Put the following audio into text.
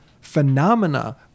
phenomena